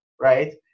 right